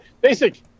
basic